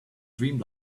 dream